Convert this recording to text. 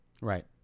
Right